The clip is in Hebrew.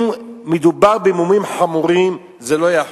אם מדובר במומים חמורים, זה לא יחול.